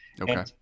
Okay